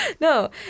No